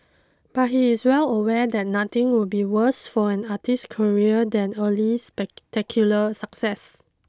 but he is well aware that nothing would be worse for an artist's career than early spectacular success